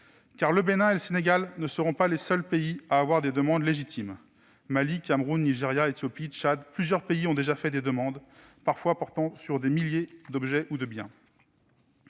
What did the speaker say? le Bénin et le Sénégal ne seront pas les seuls pays à avoir des demandes légitimes. Mali, Cameroun, Nigeria, Éthiopie, Tchad : plusieurs pays ont déjà fait des demandes, portant parfois sur des milliers d'objets ou de biens.